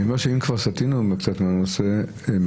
אם כבר סטינו קצת מהסעיף,